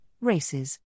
races